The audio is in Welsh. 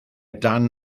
dan